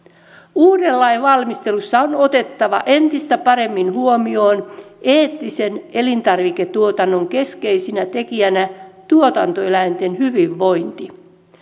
uuden lain valmistelussa on otettava entistä paremmin huomioon eettisen elintarviketuotannon keskeisenä tekijänä tuotantoeläinten hyvinvointi